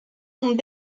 ont